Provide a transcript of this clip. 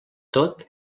tot